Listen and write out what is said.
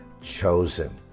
chosen